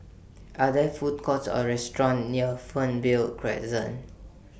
Are There Food Courts Or restaurants near Fernvale Crescent